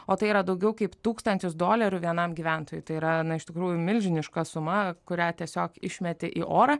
o tai yra daugiau kaip tūkstantis dolerių vienam gyventojui tai yra iš tikrųjų milžiniška suma kurią tiesiog išmeti į orą